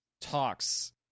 talks